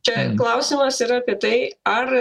čia klausimas yra apie tai ar